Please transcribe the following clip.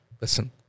listen